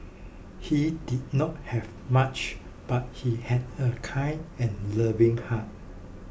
he did not have much but he had a kind and loving heart